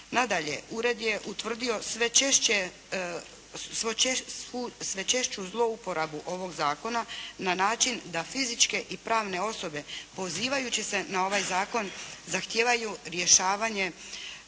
ured je utvrdio sve češću zlouporabu ovog zakona na način da fizičke i pravne osobe pozivajući se na ovaj zakon zahtijevaju rješavanje